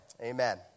Amen